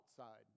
outside